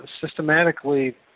systematically